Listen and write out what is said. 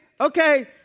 okay